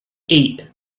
eight